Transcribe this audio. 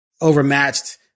overmatched